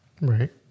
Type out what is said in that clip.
Right